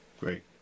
Great